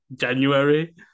January